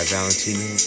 Valentino